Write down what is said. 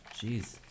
jeez